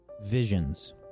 Visions